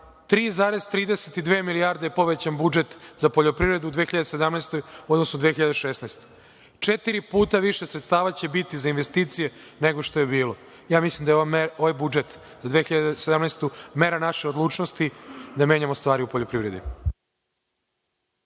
3,3 milijarde je povećan budžet za poljoprivredu u 2017, u odnosu na 2016. godinu. Četiri puta više sredstava će biti za investicije nego što je bilo. Ja mislim da je ovaj budžet za 2017. godinu mera naše odlučnosti da menjamo stvari u poljoprivredi.